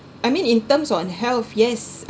I mean in terms on health yes